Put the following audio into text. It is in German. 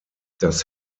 das